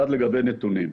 עכשיו לגבי נתונים.